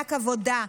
מענק עבודה,